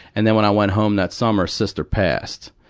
and then when i went home that summer, sister passed.